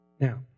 Now